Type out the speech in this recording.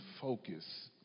focus